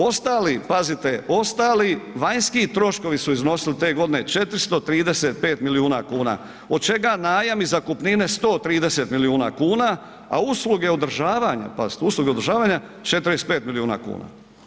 Ostali, pazite, ostali vanjski troškovi su iznosili te godine 435 milijuna kuna od čega najam i zakupnine 130 milijuna kuna, a usluge održavanja, pazite usluge održavanja 45 milijuna kuna.